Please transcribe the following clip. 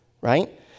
right